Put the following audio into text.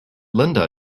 linda